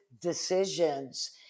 decisions